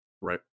right